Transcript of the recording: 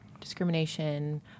discrimination